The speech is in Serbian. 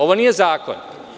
Ovo nije zakon.